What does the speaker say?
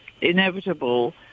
inevitable